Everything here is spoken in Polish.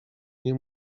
nie